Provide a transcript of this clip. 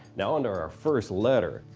now on to our first letter.